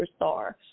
superstar